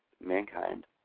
mankind